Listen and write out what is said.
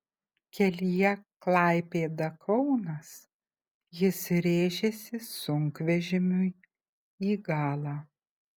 kelyje klaipėda kaunas jis rėžėsi sunkvežimiui į galą